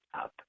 up